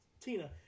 Tina